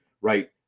right